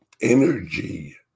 energy